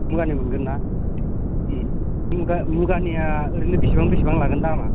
मुगानि मोनगोन ना ओम मुगानिया ओरैनो बेसेबां बेसेबां लागोन दामआ